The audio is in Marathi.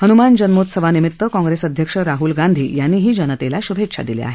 हनुमान जन्मोत्सवानिमित्त काँग्रेस अध्यक्ष राहुल गांधी यांनी जनतेला शुभेच्छा दिल्या आहेत